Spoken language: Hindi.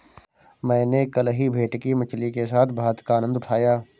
मैंने कल ही भेटकी मछली के साथ भात का आनंद उठाया